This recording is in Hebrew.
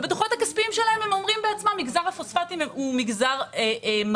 ובדוחות הכספיים שלהם הם אומרים בעצמם: מגזר הפוספטים הוא מגזר מרוויח.